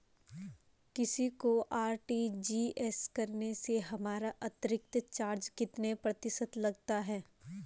किसी को आर.टी.जी.एस करने से हमारा अतिरिक्त चार्ज कितने प्रतिशत लगता है?